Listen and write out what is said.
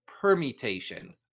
permutation